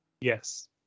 Yes